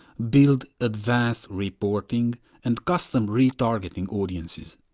build advanced reporting and custom retargeting audiences.